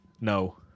no